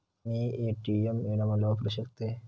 मी ATM विनामूल्य वापरू शकतय?